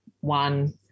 one